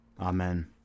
Amen